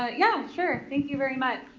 ah yeah sure, thank you very much.